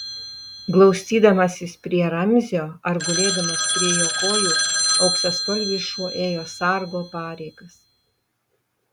glaustydamasis prie ramzio ar gulėdamas prie jo kojų auksaspalvis šuo ėjo sargo pareigas